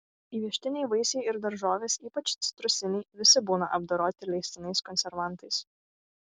įvežtiniai vaisiai ir daržovės ypač citrusiniai visi būna apdoroti leistinais konservantais